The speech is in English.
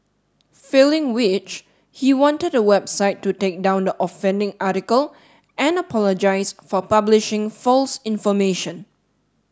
failing which he wanted the website to take down the offending article and apologise for publishing false information